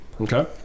Okay